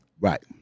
Right